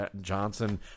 Johnson